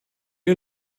you